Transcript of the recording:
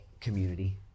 community